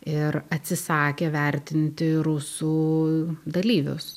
ir atsisakė vertinti rusų dalyvius